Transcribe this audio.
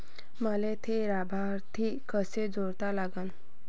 मले थे लाभार्थी कसे जोडा लागन?